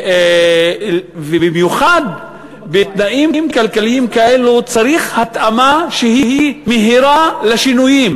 ובמיוחד בתנאים כלכליים כאלו צריך התאמה מהירה לשינויים.